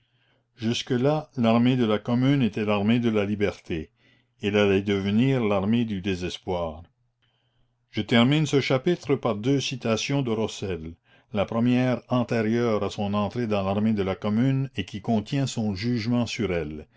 jusque-là l'armée de la commune était l'armée de la liberté elle allait devenir l'armée du désespoir je termine ce chapitre par deux citations de rossel la première antérieure à son entrée dans l'armée de la commune et qui contient son jugement sur elle